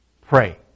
pray